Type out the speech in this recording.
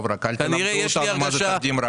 רק אל תלמדו אותנו מה זה תקדים רע.